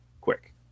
quick